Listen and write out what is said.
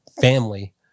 family